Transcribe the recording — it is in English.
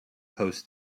hosts